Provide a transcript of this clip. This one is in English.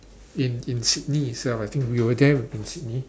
in in Sydney itself I think we were there in Sydney